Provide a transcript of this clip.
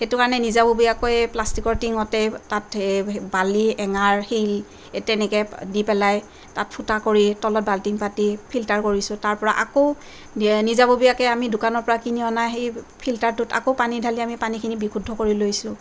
সেইটো কাৰণে নিজাববীয়াকৈ প্লাষ্টিকৰ টিঙতেই তাত বালি এঙাৰ শিল এ তেনেকে দি পেলাই তাত ফুটা কৰি তলত বাল্টিং পাতি ফিল্টাৰ কৰিছোঁ তাৰপৰা আকৌ নিজাববীয়াকে আমি দোকানৰ পৰা কিনি অনা সেই ফিল্টাৰটোত আকৌ আমি পানী ঢালি পানীখিনি বিশুদ্ধ কৰি লৈছোঁ